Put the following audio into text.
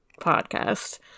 podcast